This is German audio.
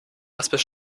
etwas